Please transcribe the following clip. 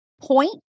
point